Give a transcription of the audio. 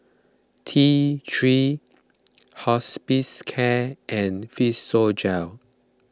T three cHospicare and Physiogel